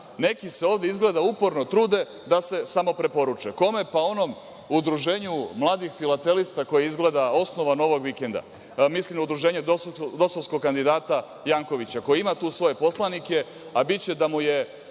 Neki se ovde izgleda uporno trude da se samopreporuče. Kome? Onom udruženju mladih filatelista koje je, izgleda, osnovano ovog vikenda. Mislim na udruženje dosovskog kandidata Jankovića, koji ima tu svoje poslanike, a biće da mu je